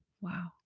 Wow